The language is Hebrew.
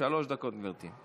שלוש דקות, גברתי.